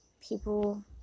people